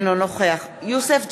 אינו נוכח יוסף ג'בארין,